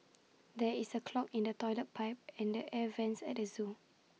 there is A clog in the Toilet Pipe and the air Vents at the Zoo